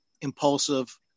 impulsive